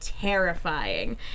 terrifying